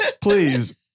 Please